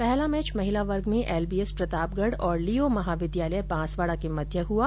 पहला मैच महिला वर्ग में एलबीएस प्रतापगढ और लियो महाविद्यालय बांसवाडा के मध्य हुआ